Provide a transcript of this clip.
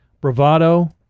Bravado